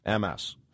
MS